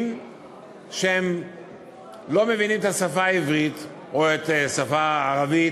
שלא מבינים את השפה העברית או את השפה הערבית.